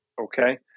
okay